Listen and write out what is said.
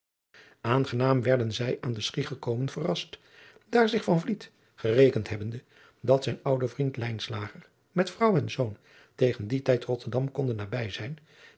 aangenaam werden zij aan de schie gekomen verrast daar zich van vliet gerekend hebbende dat zijn oude vriend lijnslager met vrouw en zoon teadriaan loosjes pzn het leven van maurits lijnslager gen dien tijd rotterdam konden nabij zijn